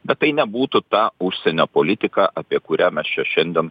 bet tai nebūtų tą užsienio politiką apie kurią mes čia šiandien